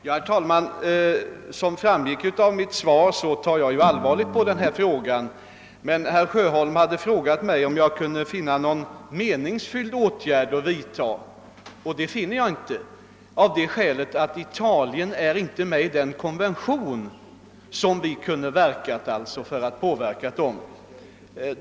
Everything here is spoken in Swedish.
Herr talman! Som framgick av mitt svar tar jag allvarligt på denna fråga. Herr Sjöholm hade emellertid frågat mig om jag kunde finna någon meningsfylld åtgärd att vidta, och det kan jag inte av det skälet att Italien inte har anslutit sig till Pariskonventionen.